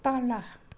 तल